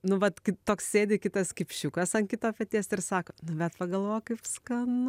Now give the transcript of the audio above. nu vat kai toks sėdi kitas kipšiukas ant kito peties ir sako bet pagalvok kaip skanu